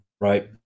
Right